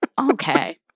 Okay